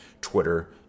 Twitter